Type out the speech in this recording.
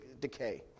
decay